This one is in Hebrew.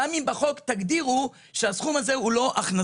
גם אם תגדירו בחוק שהסכום הזה הוא לא הכנסה.